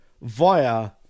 via